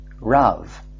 Rav